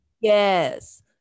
Yes